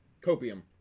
copium